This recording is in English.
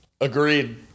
agreed